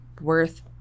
worth